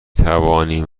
توانیم